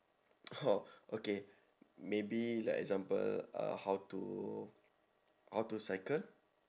orh okay maybe like example uh how to how to cycle